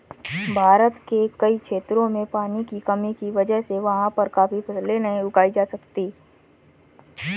भारत के कई क्षेत्रों में पानी की कमी की वजह से वहाँ पर काफी फसलें नहीं उगाई जा सकती